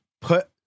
put